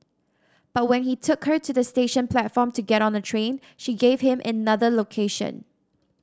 but when he took her to the station platform to get on a train she gave him another location